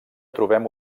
trobem